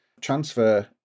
transfer